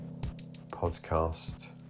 podcast